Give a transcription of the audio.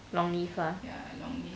long leave ah